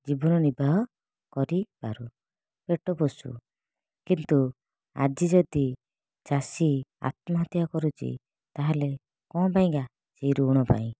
ଜୀବନ ନିର୍ବାହ କରିପାରୁ ପେଟ ପୋଷୁ କିନ୍ତୁ ଆଜି ଯଦି ଚାଷୀ ଆତ୍ମହତ୍ୟା କରୁଛି ତା'ହେଲେ କ'ଣ ପାଇଁକା ସେଇ ଋଣ ପାଇଁ